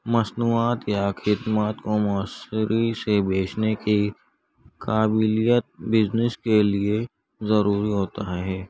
مصنوعات یا خدمات کو موثری سے بیچنے کی قابلیت بزنس کے لیے ضروری ہوتا ہے